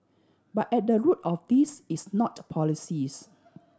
but at the root of this is not policies